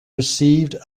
received